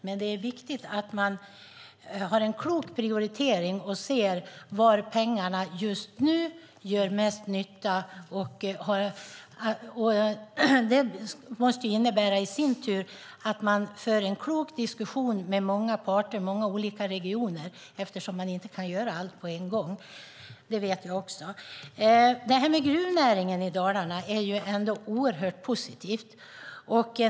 Men det är viktigt att man har en klok prioritering och ser var pengarna gör mest nytta. Det måste i sin tur innebära att man för en klok diskussion med många parter och många olika regioner eftersom man inte kan göra allt på en gång. Gruvnäringen i Dalarna är något oerhört positivt.